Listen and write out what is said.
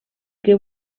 que